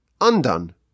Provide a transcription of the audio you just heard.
undone